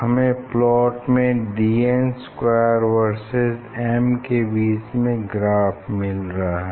हमें प्लॉट में Dn square versus m में बीच में ग्राफ मिल रहा है